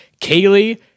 Kaylee